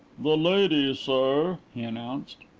the lady, sir, he announced.